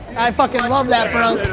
i fucking love that bro.